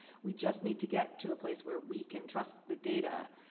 we just need to get to a place where we can trust the data,